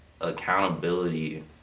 accountability